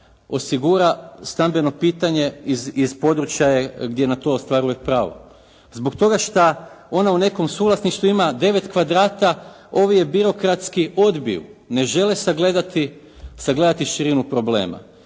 osigura stambeno pitanje. Iz područja je gdje na to ostvaruje pravo, zbog toga što ona u nekom suvlasništvu ima 9 kvadrata ovi je birokratski odbiju. Ne žele sagledati širinu problema.